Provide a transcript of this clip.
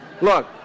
look